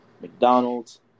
McDonald's